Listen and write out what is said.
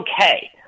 okay